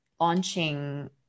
launching